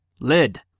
lid